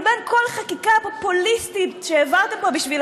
אבל בכל החקיקה הפופוליסטית שהעברתם פה בשביל